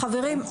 חברים,